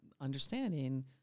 understanding